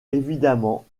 évidemment